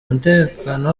umutekano